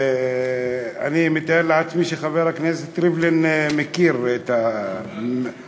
ואני מתאר לעצמי שחבר הכנסת ריבלין מכיר את המשל,